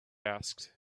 asked